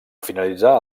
finalitzar